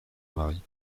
marie